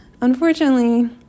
unfortunately